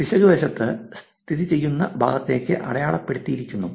പിശക് വശത്ത് സ്ഥിതിചെയ്യുന്ന ഭാഗത്തേക്ക് അടയാളപ്പെടുത്തിയിരിക്കുന്നു